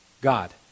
God